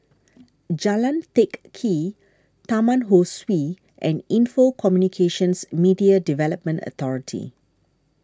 Jalan Teck Kee Taman Ho Swee and Info Communications Media Development Authority